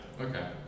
okay